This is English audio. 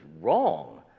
wrong